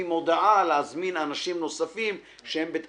מודעה ולהזמין גם אנשים נוספים שעוסקים בתחום.